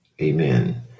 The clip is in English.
Amen